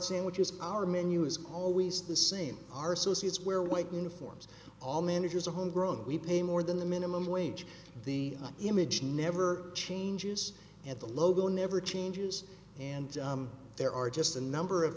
sandwiches our menu is always the same our associates wear white uniforms all managers are home grown we pay more than the minimum wage the image never changes at the logo never changes and there are just a number of